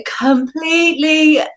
completely